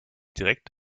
direkt